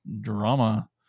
drama